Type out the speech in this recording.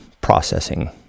processing